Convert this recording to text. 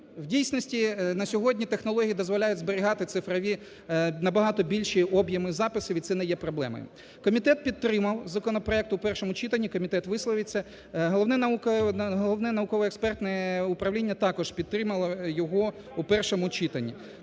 В дійсності на сьогодні технології дозволяють зберігати цифрові, набагато більші об'єми записів і це не є проблемою. Комітет підтримав законопроект в першому читанні, комітет висловиться. Головне науково-експертне управління також підтримало його у першому читані.